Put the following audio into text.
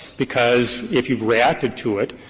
because if you reacted to it,